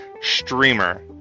streamer